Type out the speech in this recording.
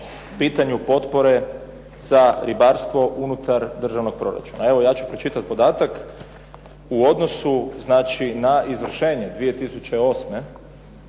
pitanju potpore za ribarstvo unutar državnog proračuna. Evo ja ću pročitat podatak, u odnosu znači na izvršenje 2008.,